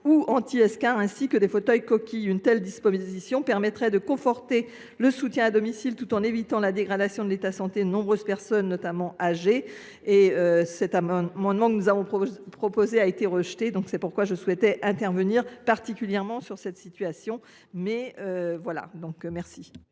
ou anti escarres, ainsi que des fauteuils coquilles. Une telle disposition permettrait de conforter le soutien à domicile, tout en évitant la dégradation de l’état de santé de nombreuses personnes, notamment âgées. L’amendement que nous avions proposé ayant été déclaré irrecevable, je souhaitais insister particulièrement sur ce sujet. Je